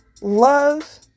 love